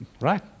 Right